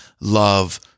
love